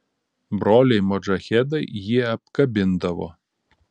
broliai modžahedai jį apkabindavo